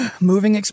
Moving